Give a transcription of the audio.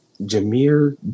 Jameer